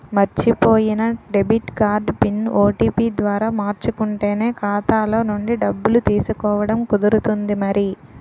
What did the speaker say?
మర్చిపోయిన debit card PIN, OTP ద్వారా మార్చుకుంటేనే ఖాతాలో నుండి డబ్బులు తీసుకోవడం కుదురుతుంది మరి